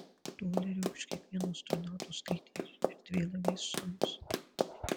dolerių už kiekvieno astronauto skrydį erdvėlaiviais sojuz